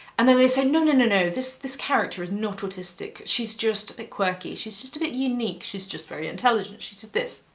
and then they say, no no, and no. no this this character is not autistic. she's just a bit quirky. she's just a bit unique. she's just very intelligent. she's just this.